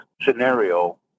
scenario